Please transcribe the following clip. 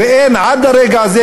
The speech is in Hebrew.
ואין עד הרגע הזה,